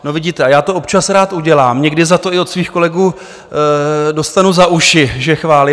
No vidíte, a já to občas rád udělám, někdy za to i od svých kolegů dostanu za uši, že chválím.